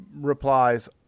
replies